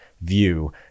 view